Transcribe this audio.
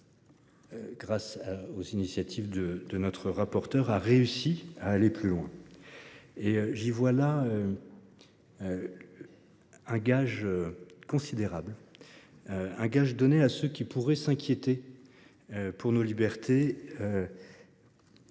grâce aux initiatives de notre rapporteur, a réussi à aller plus loin. J'y vois là un gage considérable donné à ceux qui pourraient s'inquiéter pour nos libertés. J'y vois